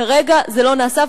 כרגע זה לא נעשה,